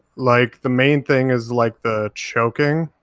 like, the main thing is, like, the choking.